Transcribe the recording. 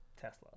Tesla